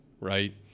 right